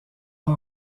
pas